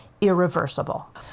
Irreversible